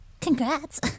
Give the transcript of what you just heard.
Congrats